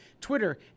Twitter